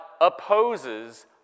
opposes